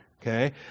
okay